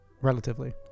relatively